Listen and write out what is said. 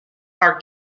are